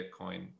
Bitcoin